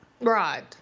Right